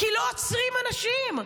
כי לא עוצרים אנשים,